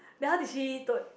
then how did she told